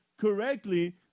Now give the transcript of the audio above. correctly